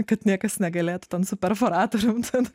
kad niekas negalėtų ten su perforatorium ten